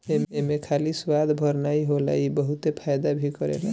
एमे खाली स्वाद भर नाइ होला इ बहुते फायदा भी करेला